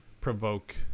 provoke